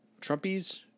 Trumpies